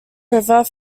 river